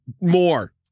More